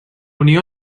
unió